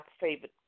favorite